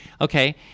okay